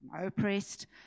oppressed